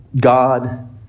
God